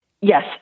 Yes